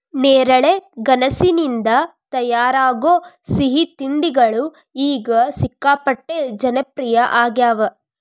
ನೇರಳೆ ಗೆಣಸಿನಿಂದ ತಯಾರಾಗೋ ಸಿಹಿ ತಿಂಡಿಗಳು ಈಗ ಸಿಕ್ಕಾಪಟ್ಟೆ ಜನಪ್ರಿಯ ಆಗ್ಯಾವ